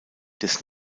des